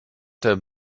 der